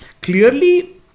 Clearly